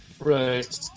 right